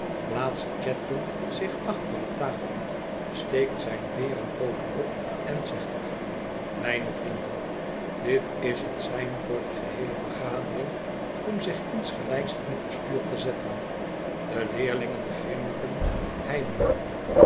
plaatst chadband zich achter de tafel steekt zijn berenpoot op en zegt mijne vrienden dit is het sein voor de geheele vergadering om zich insgelijks in postuur te zetten de leerlingen grinniken